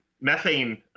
methane